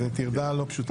אני אומר, זו טרדה לא פשוטה.